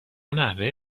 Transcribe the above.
نحوه